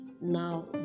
now